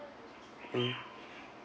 mm